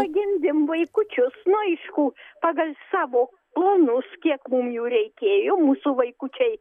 pagimdėm vaikučius nu aišku pagal savo planus kiek ten jų reikėjo mūsų vaikučiai